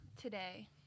Today